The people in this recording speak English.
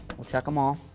we'll check them all,